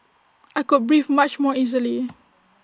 I could breathe much more easily